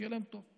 שיהיה להם טוב.